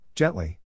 Gently